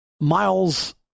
Miles